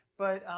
but,